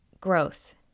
Growth